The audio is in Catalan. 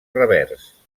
revers